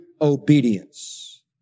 obedience